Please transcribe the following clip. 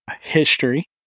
history